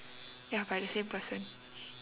ya by the same person